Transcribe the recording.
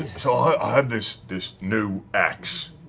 so i have this this new axe,